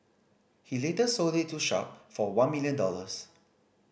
he later sold it to Sharp for one million dollars